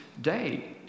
day